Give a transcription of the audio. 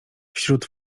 wśród